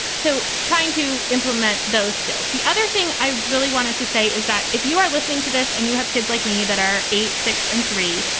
so trying to implement those skills. the other thing i really wanted to say is that if you are listening to this and you have kids like me that are eight, six and three,